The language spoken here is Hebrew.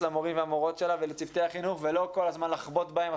למורים והמורות שלה ולצוות החינוך ולא כל הזמן לחבוט בהם.